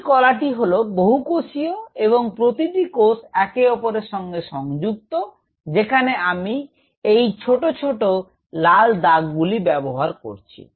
এই কলাটি হল বহুকোষীয় এবং প্রতিটি কোষ একে অপরের সঙ্গে সংযুক্ত যেখানে আমি এই ছোট ছোট লাল দাগগুলি ব্যাবহার করছি